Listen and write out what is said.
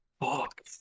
fuck